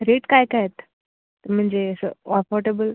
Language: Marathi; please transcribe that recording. रेट काय काय आहेत म्हणजे असं ऑफर्डेबल